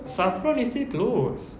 saffron is still closed